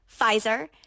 Pfizer